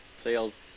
sales